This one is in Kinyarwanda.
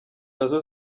nazo